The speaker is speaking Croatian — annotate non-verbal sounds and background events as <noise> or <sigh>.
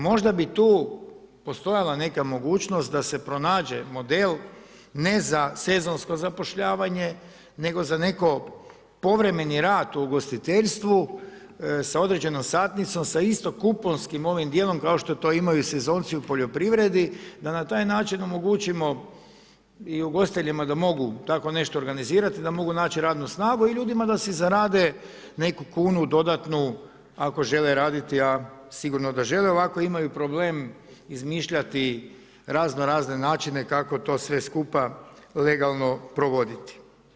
Možda bi tu postojala neka mogućnost da se pronađe model, ne za sezonsko zapošljavanje, nego za neko povremeni rad u ugostiteljstvu, sa određenom satnicom, sa istom … <unintelligible> ovim dijelom kao što to imaju sezonci u poljoprivredi, da na taj način omogućimo i ugostiteljima da mogu tako nešto organizirati, da mogu naći radnu snagu i ljudima da si zarade neku kunu, dodatnu, ako žele raditi, a sigurno da žele, ovako imaju problem izmišljati razno razne načine kako to sve skupa legalno provoditi.